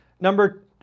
Number